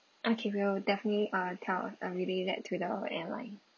okay we'll definitely uh tell uh relay that to the airline